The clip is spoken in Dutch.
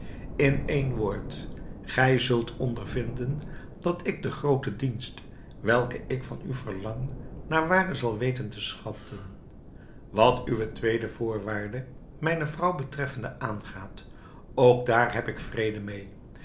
in één woord gij zult ondervinden dat ik de groote dienst welke ik van u verlang naar waarde zal weten te schatten wat uwe tweede voorwaarde mijne vrouw betreffende aangaat ook daar heb ik vrede meê